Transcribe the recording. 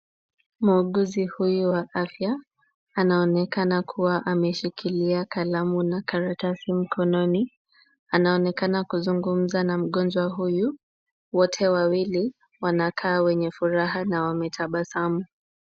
Muuguzi huyu wa afya anaonekana kuwa ameshikilia kalamu na karatasi mkononi. Anaonekana kuzungumza na mgonjwa huyu. Wote wawili wanakaa wenye furaha na wametabasamu.